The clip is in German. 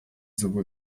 sowohl